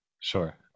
Sure